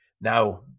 now